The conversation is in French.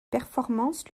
performances